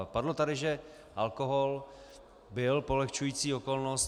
Padlo tady, že alkohol byl polehčující okolnost.